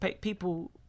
people